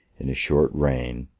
in a short reign,